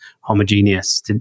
homogeneous